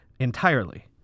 Entirely